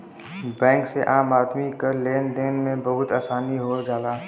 bank से आम आदमी क लेन देन में बहुत आसानी हो जाला